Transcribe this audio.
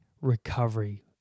recovery